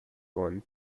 won